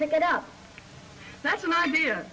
pick it up that's an idea